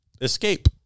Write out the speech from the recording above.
escape